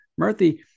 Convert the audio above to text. Murthy